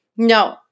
No